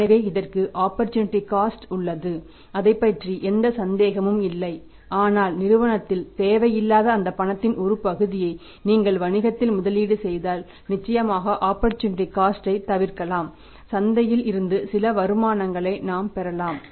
எனவே இதற்கு opportunity cost த் தவிர்க்கலாம் சந்தையில் இருந்து சில வருமானங்களை நாம் பெறலாம்